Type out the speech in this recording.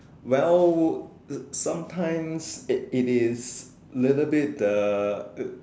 well sometimes it it is little bit uh